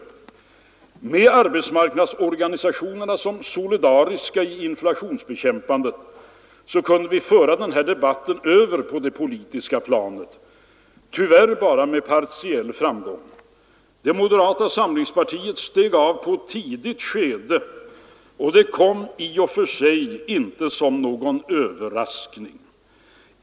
Med arbetsmarknadsorganisationerna som solidariska parter i inflationsbekämpandet kunde vi föra den här debatten över på det politiska planet, tyvärr bara med partiell framgång. Moderata samlingspartiet steg av i ett tidigt skede. Det kom i och för sig inte som någon överraskning.